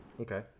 Okay